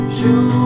show